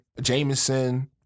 Jameson